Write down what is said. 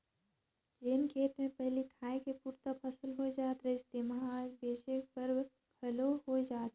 जेन खेत मे पहिली खाए के पुरता फसल होए जात रहिस तेम्हा आज बेंचे बर घलो होए जात हे